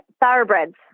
thoroughbreds